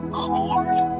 hold